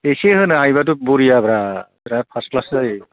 एसे होनो हायोबाथ' बरियाब्रा बिराद फार्स्ट क्लास जायो